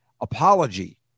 apology